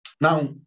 Now